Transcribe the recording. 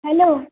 hello